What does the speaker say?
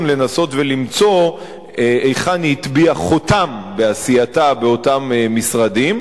לנסות ולמצוא היכן היא הטביעה חותם בעשייתה באותם משרדים,